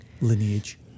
lineage